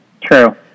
True